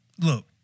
look